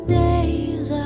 days